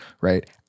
right